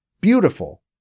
Beautiful